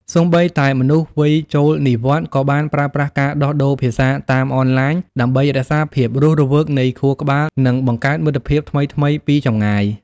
សូម្បីតែមនុស្សវ័យចូលនិវត្តន៍ ក៏បានប្រើប្រាស់ការដោះដូរភាសាតាមអនឡាញដើម្បីរក្សាភាពរស់រវើកនៃខួរក្បាល និងបង្កើតមិត្តភាពថ្មីៗពីចម្ងាយ។